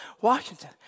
Washington